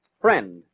Friend